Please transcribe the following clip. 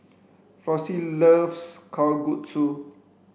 Flossie loves Kalguksu